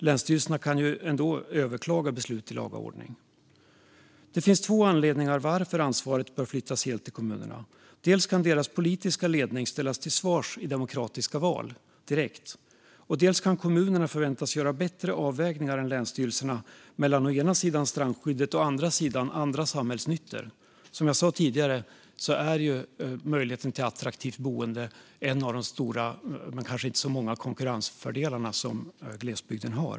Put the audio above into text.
Länsstyrelserna kan ju ändå överklaga beslut i laga ordning. Det finns två anledningar till att ansvaret bör flyttas till kommunerna: dels kan deras politiska ledning ställas till svars i demokratiska val, dels kan kommunerna förväntas göra bättre avvägningar än länsstyrelserna mellan å ena sidan strandskyddet och å andra sidan andra samhällsnyttor. Som jag tidigare sa är möjligheten till attraktivt boende en av landsbygdens stora konkurrensfördelar, vilka kanske inte är så många.